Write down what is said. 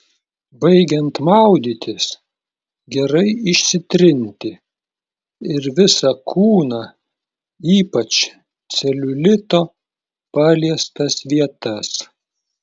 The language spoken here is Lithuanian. baigiant maudytis gerai išsitrinti ir visą kūną ypač celiulito paliestas vietas